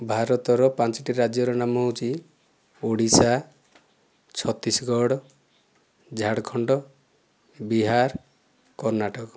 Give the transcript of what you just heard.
ଭାରତର ପାଞ୍ଚଟି ରାଜ୍ୟର ନାମ ହେଉଛି ଓଡ଼ିଶା ଛତିଶଗଡ଼ ଝାଡ଼ଖଣ୍ଡ ବିହାର କର୍ଣ୍ଣାଟକ